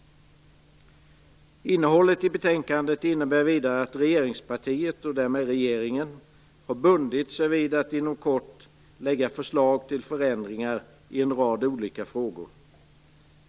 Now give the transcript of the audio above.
Innehållet i betänkandet innebär vidare att regeringspartiet och därmed regeringen har bundit sig vid att inom kort lägga fram förslag till förändringar i en rad olika frågor.